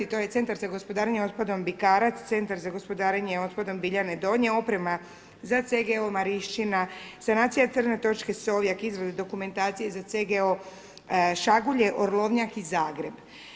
To je Centar za gospodarenje otpadom Bikarac, Centar za gospodarenje otpadom Biljane Donje, oprema za CGO Marišćina, sanacija crne točke Sovjak, izrada dokumentacije za CGO Šagulje, Orlovnjak i Zagreb.